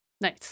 nice